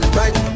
right